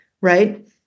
right